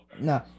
No